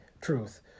truth